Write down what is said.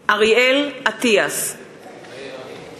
לוי, מתחייב אני יריב לוין,